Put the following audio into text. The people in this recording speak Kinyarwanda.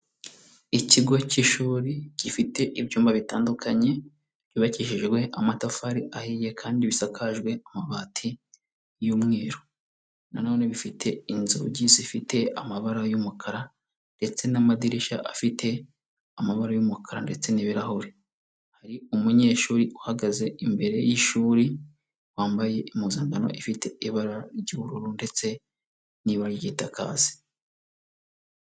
Ikigo cy'ishuri gifite ibyumba bitandukanye byubakishijwe amatafari ahiye kandi bisakajwe amabati y'umweru. Na none bifite inzugi zifite amabara y'umukara ndetse n'amadirishya afite amabara y'umukara ndetse n'ibirahure. Hari umunyeshuri uhagaze imbere y'ishuri wambaye impuzankano ifite ibara ry'ubururu ndetse n'ibara ry'igitakazi.